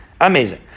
amazing